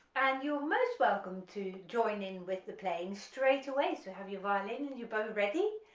and you're most welcome to join in with the playing straight away so have your violin and your bow ready,